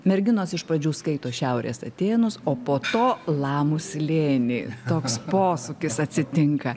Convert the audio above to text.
merginos iš pradžių skaito šiaurės atėnus o po to lamų slėnį toks posūkis atsitinka